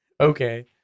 Okay